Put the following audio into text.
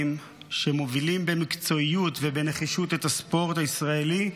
שמובילים במקצועיות ובנחישות את הספורט הישראלי,